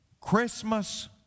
Christmas